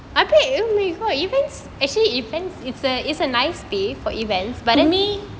actually event is there a nice day for event but let me